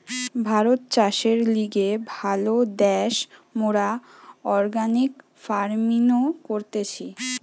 ভারত চাষের লিগে ভালো দ্যাশ, মোরা অর্গানিক ফার্মিনো করতেছি